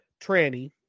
tranny